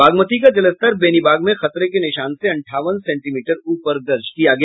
बागमती का जलस्तर बेनीबाग में खतरे के निशान से अंठावन सेंटीमीटर ऊपर दर्ज किया गया